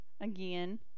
again